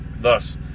Thus